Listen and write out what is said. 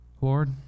Lord